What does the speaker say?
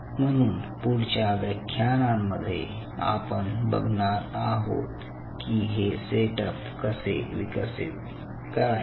म्हणून पुढच्या व्याख्यानांमध्ये आपण बघणार आहोत की हे सेटअप कसे विकसित करायचे